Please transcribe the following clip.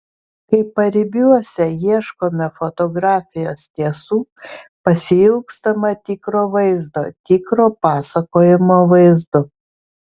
kai paribiuose ieškome fotografijos tiesų pasiilgstama tikro vaizdo tikro pasakojimo vaizdu